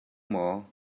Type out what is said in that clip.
maw